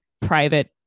private